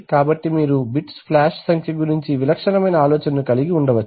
కాబట్టి మీరు bits flash సంఖ్య గురించి విలక్షణమైన ఆలోచనను కలిగి ఉండవచ్చు